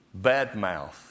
badmouth